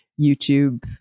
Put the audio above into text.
youtube